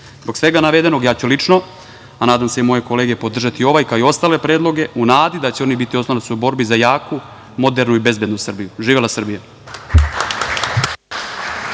svega navedenog, ja ću lično, a nadam se i moje kolege, podržati ovaj, kao i ostale predloge, u nadi da će oni biti oslonac u borbi za jaku, modernu i bezbednu Srbiju. Živela Srbija!